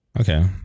Okay